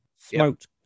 Smoked